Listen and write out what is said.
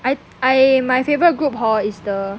I I my favourite group hor is the